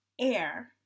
air